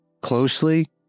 closely